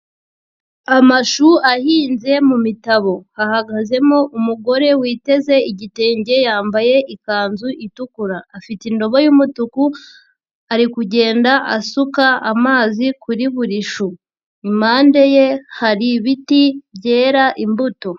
Amashu ahinze mumitabo ahagazemo umugore witeze igitenge yambaye ikanzu itukura, afite indobo y'umutuku ari kugenda asuka amazi kuri buri shu, impande ye hari ibiti byera imbuto.